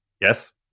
Yes